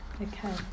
Okay